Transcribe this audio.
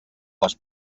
les